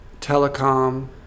telecom